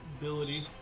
ability